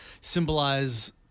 symbolize